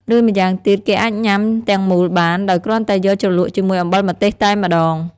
ឬម្យ៉ាងទៀត គេអាចញ៉ាំទាំងមូលបាន ដោយគ្រាន់តែយកជ្រលក់ជាមួយអំបិលម្ទេសតែម្តង។